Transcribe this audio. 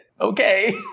okay